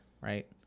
right